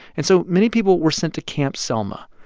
and so many people were sent to camp selma,